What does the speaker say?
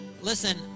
Listen